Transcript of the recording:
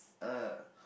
uh